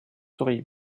souris